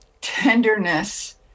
tenderness